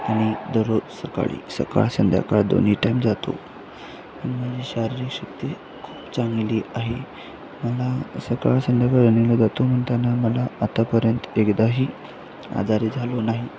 आणि दररोज सकाळी सकाळ संध्याकाळ दोन्ही टाईम जातो आणि माझी शारीरिक शक्ती खूप चांगली आहे मला सकाळ संध्याकाळ रनिंगला जातो म्हणताना मला आतापर्यंत एकदाही आजारी झालो नाही